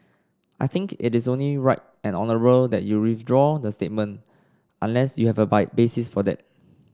I think it is only right and honourable that you withdraw the statement unless you have a by basis for that